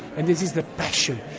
and this is the passion.